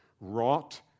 wrought